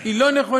היא לא נכונה,